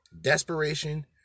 Desperation